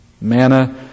manna